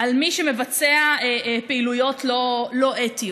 על מי שמבצע פעילויות לא אתיות.